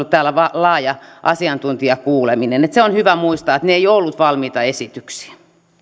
täällä laaja asiantuntijakuuleminen se on hyvä muistaa että ne eivät olleet valmiita esityksiä